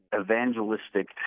evangelistic